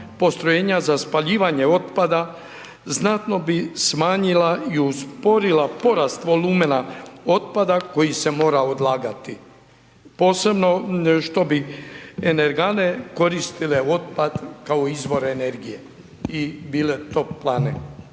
postrojenja za spaljivanje otpada znatno bi smanjila i usporila porast volumena otpada koji se mora odlagati posebno što bi energane koristile otpad kao izvore energije i bile toplane.